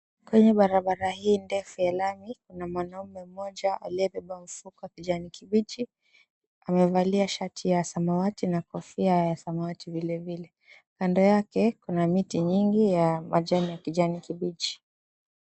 Kwenye barabara hii ndefu ya lami, kuna mwanaume mmoja aliyebeba mfuko wa kijani kibichi amevalia shati ya samawati na kofia ya samawati vile vile. Kando yake kuna miti nyingi ya majani ya kijani kibichi.